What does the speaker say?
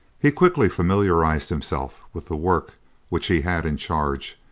he quickly familiarized himself with the work which he had in charge,